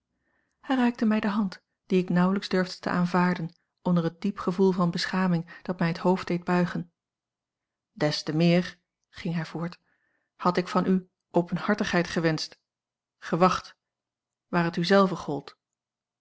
hij reikte mij de hand die ik nauwelijks durfde te aanvaarden onder het diep gevoel van beschaming dat mij het hoofd deed buigen des te meer ging hij voort had ik van u openhartigheid gewenscht gewacht waar het u zelve gold